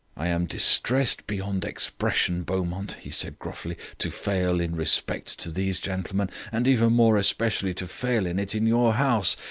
i am distressed beyond expression, beaumont, he said gruffly, to fail in respect to these gentlemen, and even more especially to fail in it in your house.